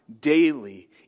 daily